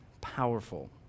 powerful